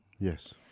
Yes